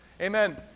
Amen